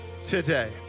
today